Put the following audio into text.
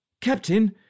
Captain